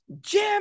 Jim